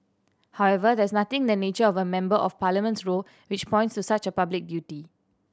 however there is nothing in the nature of a Member of Parliament's role which points to such a public duty